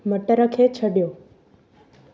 मटर खे छॾियो